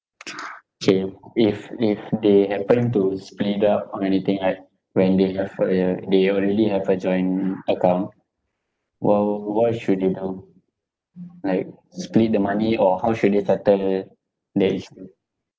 K if if they happen to split up or anything right when they have a they already have a joint account wha~ what should they do like split the money or how should they settle the issue